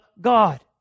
God